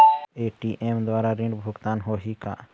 ATM द्वारा ऋण भुगतान होही का?